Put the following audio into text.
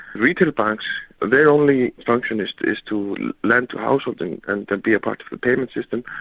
retail banks, their only function is to is to lend to house-holdings and be a part of the payment system,